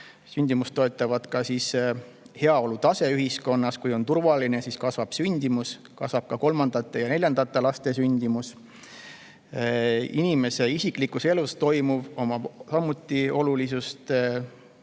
Sündimust toetab ka heaolutase ühiskonnas. Kui on turvaline, siis kasvab sündimus ning kasvab ka kolmandate ja neljandate laste sündimus. Inimese isiklikus elus toimuv on oluline, samuti